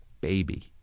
baby